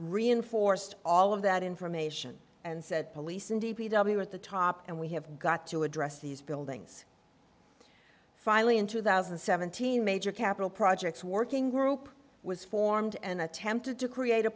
reinforced all of that information and said police and d p w are at the top and we have got to address these buildings finally in two thousand and seventeen major capital projects working group was formed and attempted to create a